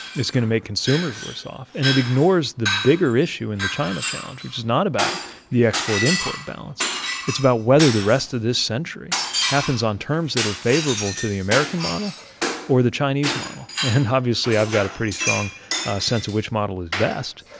it's going to make consumers worse off. and it ignores the bigger issue in the china challenge, which is not about the export-import balance it's about whether the rest of this century happens on terms that are favorable to the american model or the chinese model. and obviously, i've got a pretty strong sense of which model is best.